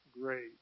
great